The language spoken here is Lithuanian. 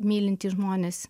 mylintys žmonės